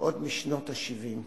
עוד משנות ה-70.